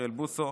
אוריאל בוסו,